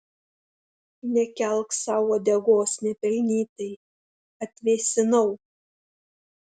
nekelk sau uodegos nepelnytai atvėsinau